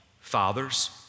Fathers